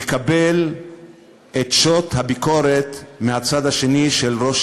יקבל את שוט הביקורת מהצד השני של ראש